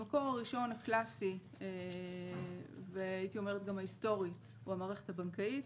המקור הראשון הקלאסי וההיסטורי הוא המערכת הבנקאית.